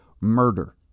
murder